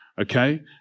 okay